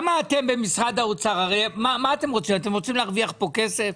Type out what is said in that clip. משרד האוצר, אתם רוצים להרוויח פה כסף?